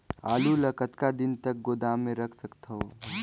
आलू ल कतका दिन तक गोदाम मे रख सकथ हों?